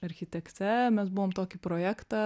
architekte mes buvom tokį projektą